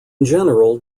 general